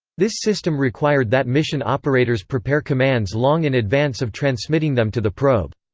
this system required that mission operators prepare commands long in advance of transmitting them to the probe.